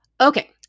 Okay